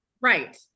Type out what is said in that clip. Right